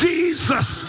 Jesus